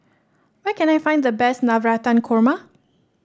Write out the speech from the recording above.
where can I find the best Navratan Korma